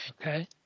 Okay